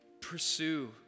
pursue